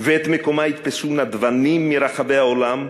ואת מקומה יתפסו נדבנים מרחבי העולם,